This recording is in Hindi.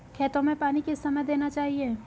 खेतों में पानी किस समय देना चाहिए?